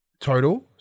total